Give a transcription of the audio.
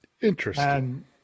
Interesting